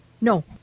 No